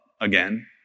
again